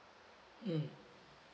mm